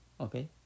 Okay